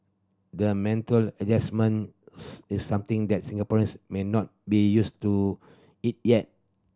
the mental adjustment is something that Singaporeans may not be used to it yet